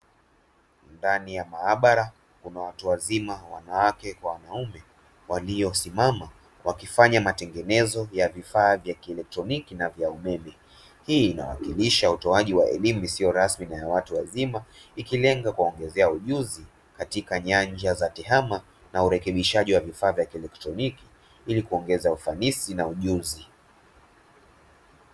Ndani ya maabara kuna watu wazima wanawake kwa wanaume waliosimama wakifanya matengenezo ya vifaa vya kielektroniki na vyaumeme, Hii inawakilisha utoaji wa elimu isiyo rasmi na yawatu wazima ikilenga kuongezea ujuzi katika nyanja za tehama naurekebishaji wa vifaa vya kielektroniki ili kuongeza ufanisi na ujuzi.